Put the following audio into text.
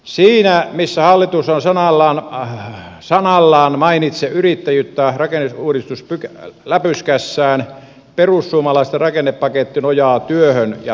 siinä missä hallitus ei sanallakaan mainitse yrittäjyyttä rakenneuudistusläpyskässään perussuomalaisten rakennepaketti nojaa työhön ja talouteen